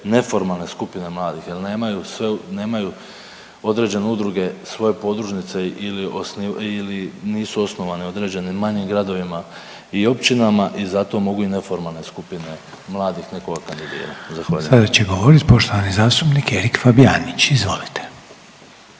neformalne skupine mladih jer nemaju sve, nemaju određene udruge svoje podružnice ili .../nerazumljivo/... ili nisu osnovane u određenim manjih gradovima i općinama i zato mogu i neformalne skupine mladih nekoga kandidirati. Zahvaljujem. **Reiner, Željko (HDZ)** Sada će govoriti poštovani zastupnik Erik Fabijanić, izvolite.